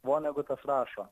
vonegutas rašo